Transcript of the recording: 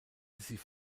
sie